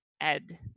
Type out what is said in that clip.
Ed